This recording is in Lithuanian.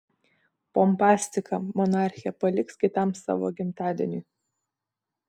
pompastiką monarchė paliks kitam savo gimtadieniui